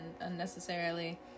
unnecessarily